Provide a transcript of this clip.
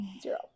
zero